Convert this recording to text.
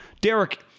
Derek